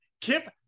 Kip